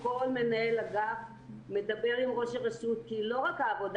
כל מנהל אגף מדבר עם ראש הרשות כי לא רק העבודה